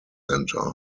centre